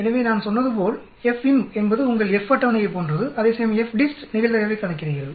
எனவே நான் சொன்னது போல் FINV என்பது உங்கள் F அட்டவணையைப் போன்றது அதேசமயம் FDIST நிகழ்தகவைக் கணக்கிடுகிறது